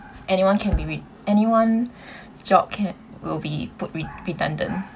anyone can be wi~ anyone job can will be put re~ redundant